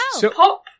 pop